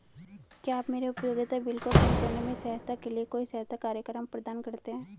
क्या आप मेरे उपयोगिता बिल को कम करने में सहायता के लिए कोई सहायता कार्यक्रम प्रदान करते हैं?